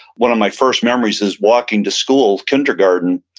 one of my first memories was walking to school, kindergarten,